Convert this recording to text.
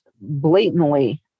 blatantly